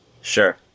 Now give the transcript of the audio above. Sure